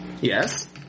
Yes